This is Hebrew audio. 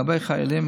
לגבי חיילים,